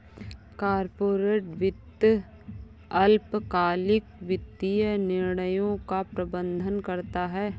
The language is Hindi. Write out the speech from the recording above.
कॉर्पोरेट वित्त अल्पकालिक वित्तीय निर्णयों का प्रबंधन करता है